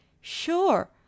Sure